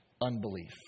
unbelief